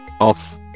off